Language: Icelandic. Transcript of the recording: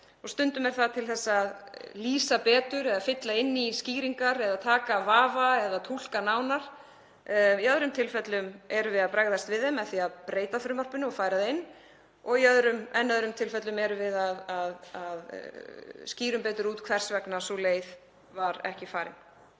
Stundum er það til þess að lýsa betur eða fylla inn í skýringar eða taka af vafa eða túlka nánar. Í öðrum tilfellum erum við að bregðast við þeim með því að breyta frumvarpinu og færa það inn en í öðrum tilfellum erum við að skýra betur út hvers vegna sú leið var ekki farin.